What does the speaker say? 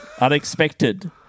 Unexpected